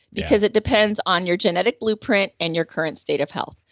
because it depends on your genetic blueprint and your current state of health.